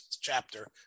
chapter